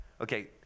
Okay